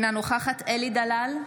אינה נוכחת אלי דלל,